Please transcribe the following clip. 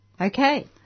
Okay